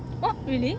oh really